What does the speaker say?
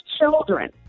children